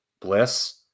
Bliss